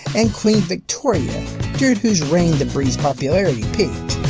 and queen victoria, during whose reign the breed's popularity peaked.